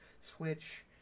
Switch